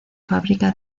fábrica